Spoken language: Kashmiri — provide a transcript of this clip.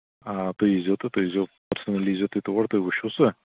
آ تُہۍ ییٖزیو تہٕ تُہۍ ییٖزیو پٔرسٕنٔلی ییٖزیو تُہۍ تور تُہۍ وٕچھِو سُہ